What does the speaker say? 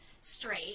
straight